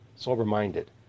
sober-minded